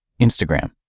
Instagram